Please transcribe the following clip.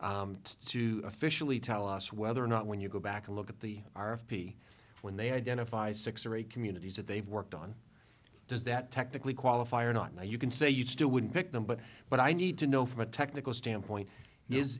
are to officially tell us whether or not when you go back and look at the r of p when they identify six or eight communities that they've worked on does that technically qualify or not now you can say you still wouldn't pick them but but i need to know from a technical standpoint is